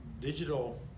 digital